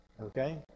Okay